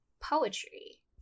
poetry